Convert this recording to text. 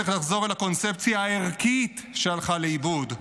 צריך לחזור אל הקונספציה הערכית שהלכה לאיבוד,